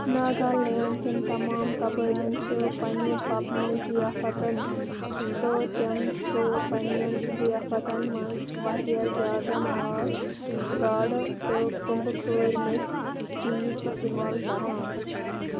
ناگالینٛڈ کٮ۪ن تمام قَبٲیِلن چھِ پنٕنہِ پپنہِ ضِیافتَن تہٕ تِم چھِ پنٕنٮ۪ن ضِیافتن منٛز واریاہ زیادٕ ماز گاڈٕ تہٕ كُنٛبہٕ كھٲرمٕتۍ چیٖز اِستعمال کَران